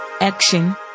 Action